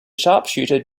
sharpshooter